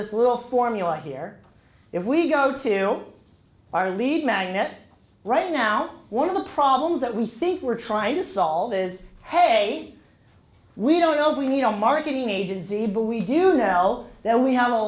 this little formula here if we go to our lead magnet right now one of the problems that we think we're trying to solve is hey we don't know we need a marketing agency bill we do now well now we have a